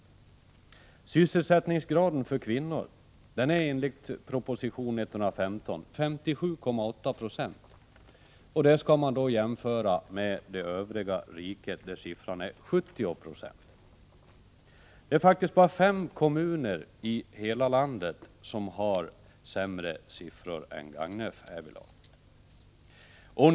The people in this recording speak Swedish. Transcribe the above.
Enligt proposition 115 är sysselsättningsgraden för kvinnor 57,8 970 i Gagnefs kommun, och det skall man då jämföra med siffran för övriga riket som är 70 20. Bara fem kommuner i hela landet har sämre siffror än Gagnef härvidlag.